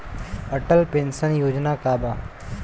Atal pension Yojana का बा?